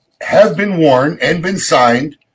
have-been-worn-and-been-signed